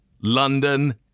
London